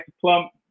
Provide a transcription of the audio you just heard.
plump